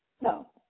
no